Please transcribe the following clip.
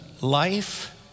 life